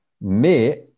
Mais